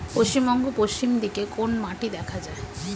পশ্চিমবঙ্গ পশ্চিম দিকে কোন মাটি দেখা যায়?